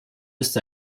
ist